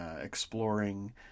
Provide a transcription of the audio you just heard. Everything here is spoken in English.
exploring